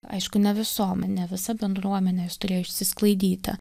aišku ne visom ne visa bendruomenė jos turėjo išsisklaidyti